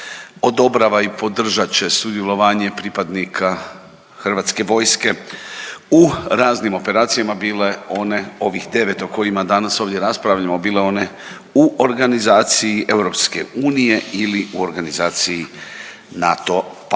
odobrava i podržat će sudjelovanje pripadnika Hrvatske vojske u raznim operacijama bile one ovih 9 o kojima danas ovdje raspravljamo, bilo one u organizaciji EU ili u organizaciji NATO pakta